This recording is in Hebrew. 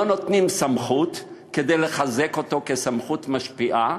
לא נותנים סמכות כדי לחזק אותו כסמכות משפיעה,